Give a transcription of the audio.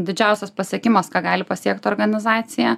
didžiausias pasiekimas ką gali pasiekt organizacija